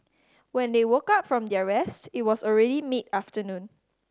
when they woke up from their rest it was already mid afternoon